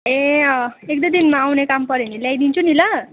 ए अँ एक दुइ दिनमा आउने काम पऱ्यो भने ल्याइदिन्छु नि ल